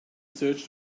search